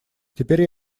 теперь